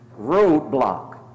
Roadblock